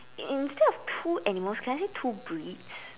instead of two animals can I say two breeds